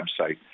website